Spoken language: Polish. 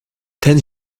ten